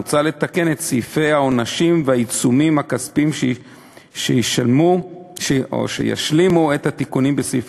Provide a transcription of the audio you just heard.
מוצע לתקן את סעיפי העונשים והעיצומים הכספיים שישלימו את התיקונים בסעיף